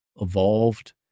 evolved